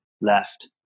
left